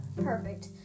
Perfect